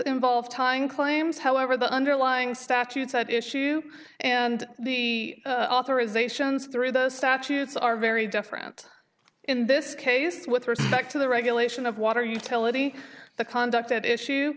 involve time claims however the underlying statutes at issue and the authorizations through those statutes are very different in this case with respect to the regulation of water utility the conduct at issue